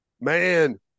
man